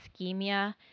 ischemia